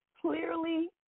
clearly